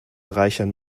reichern